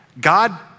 God